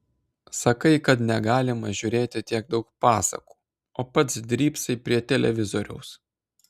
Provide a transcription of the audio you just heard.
sakai kad negalima žiūrėti tiek daug pasakų o pats drybsai prie televizoriaus